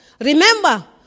Remember